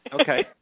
Okay